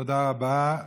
תודה רבה.